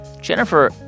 Jennifer